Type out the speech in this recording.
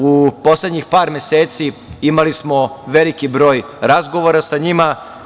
U poslednjih par meseci imali smo veliki broj razgovora sa njima.